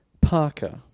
Parker